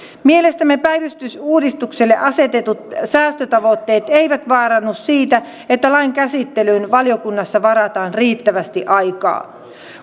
mielestämme päivystysuudistukselle asetetut säästötavoitteet eivät vaarannu siitä että lain käsittelyyn valiokunnassa varataan riittävästi aikaa